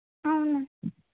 అవును